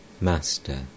Master